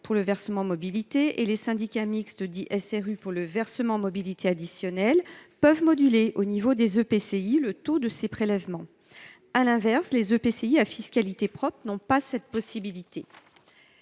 pour le versement mobilité, et les syndicats mixtes particuliers créés par la loi SRU, pour le versement mobilité additionnel, peuvent moduler, à l’échelle des EPCI, le taux de ces prélèvements. À l’inverse, les EPCI à fiscalité propre n’ont pas cette possibilité.